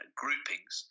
groupings